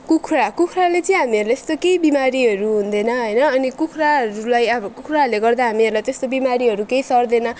कुखुरा कुखुराले चाहिँ हामीहरूलाई यस्तो केही बिमारीहरू हुँदैन होइन अनि कुखुराहरूलाई अब कुखुराहरूले गर्दा हामीलाई त्यस्तो बिमारीहरू केही सर्दैन